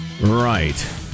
Right